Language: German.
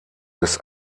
des